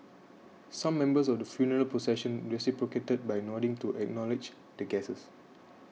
some members of the funeral procession reciprocated by nodding to acknowledge the guests